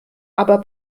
aber